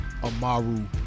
Amaru